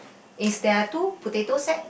is there are two potato sack